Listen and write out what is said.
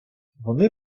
вони